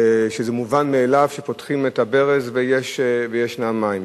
זה לא מובן מאליו שפותחים את הברז ויש מים.